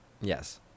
Yes